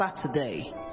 Saturday